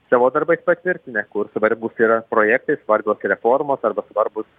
savo darbais patvirtinę kur svarbūs yra projektai svarbios reformos arba svarbūs